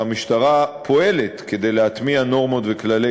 שהמשטרה פועלת כדי להטמיע נורמות וכללי